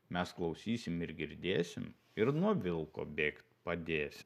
mes klausysim ir girdėsim ir nuo vilko bėgt padėsi